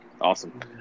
Awesome